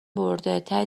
برده، ته